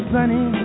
Sunny